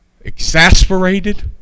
exasperated